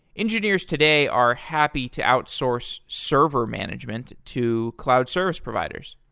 engineers today are happy to outsource server management to cloud service providers.